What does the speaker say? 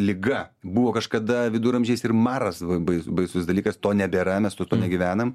liga buvo kažkada viduramžiais ir maras bai baisus dalykas to nebėra mes su tuo ne gyvenam